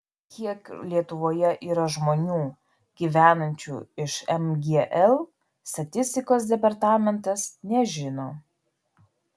kiek lietuvoje yra žmonių gyvenančių iš mgl statistikos departamentas nežino